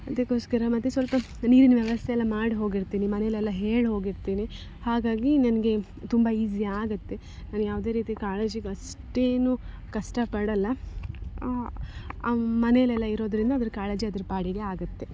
ಅದಕೋಸ್ಕರ ಮತ್ತು ಸ್ವಲ್ಪ ನೀರಿನ ವ್ಯವಸ್ಥೆ ಎಲ್ಲ ಮಾಡಿ ಹೋಗಿರ್ತೀನಿ ಮನೆಯಲೆಲ್ಲ ಹೇಳಿ ಹೋಗಿರ್ತೀನಿ ಹಾಗಾಗಿ ನನಗೆ ತುಂಬ ಈಸಿ ಆಗುತ್ತೆ ನಾನು ಯಾವುದೇ ರೀತಿಯ ಕಾಳಜಿಗೆ ಅಷ್ಟೇನು ಕಷ್ಟಪಡಲ್ಲ ಮನೆಯಲೆಲ್ಲ ಇರೋದರಿಂದ ಅದ್ರ ಕಾಳಜಿ ಅದ್ರ ಪಾಡಿಗೆ ಆಗುತ್ತೆ